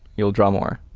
you'll draw more.